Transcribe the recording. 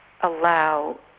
allow